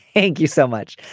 thank you so much.